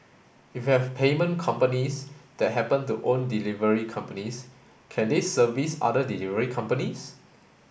if you have payment companies that happen to own delivery companies can they service other delivery companies